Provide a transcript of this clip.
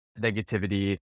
negativity